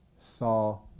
saw